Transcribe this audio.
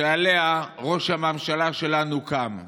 שעליה ראש הממשלה שלנו קם.